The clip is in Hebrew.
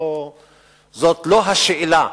זאת לא השאלה.